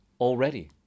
already